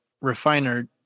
Refiner